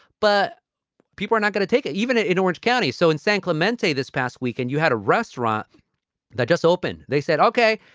but people are not going to take it even in orange county. so in san clemente this past weekend, you had a restaurant that just opened. they said, ok,